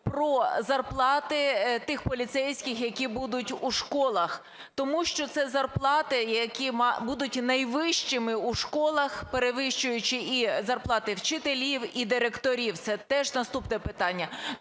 про зарплати тих поліцейських, які будуть у школах, тому що це зарплати, які будуть найвищими у школах, перевищуючи і зарплати вчителів, і директорів, це теж наступне питання.